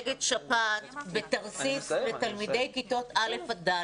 נגד שפעת לתלמידי כיתות א' עד ד'.